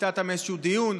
ציטטת מאיזשהו דיון,